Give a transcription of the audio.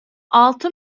altı